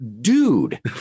dude